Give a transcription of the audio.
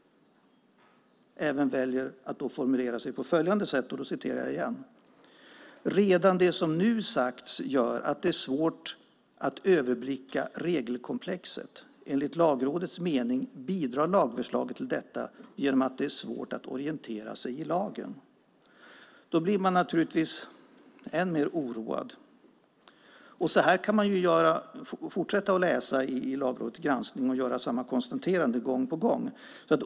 Man väljer att formulera sig på följande sätt: "Redan det som nu sagts gör att det är svårt att överblicka regelkomplexet. Enligt Lagrådets mening bidrar lagförslaget till detta genom att det är svårt att orientera sig i lagen." Då blir man naturligtvis än mer oroad. Så här kan man fortsätta att läsa i Lagrådets granskning och göra samma konstaterande gång på gång.